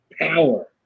power